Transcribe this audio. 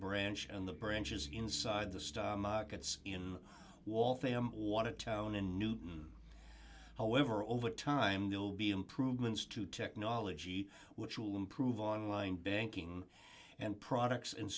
branch and the branches inside the stock markets in waltham want to town in newton however over time there will be improvements to technology which will improve online banking and products and